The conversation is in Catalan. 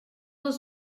les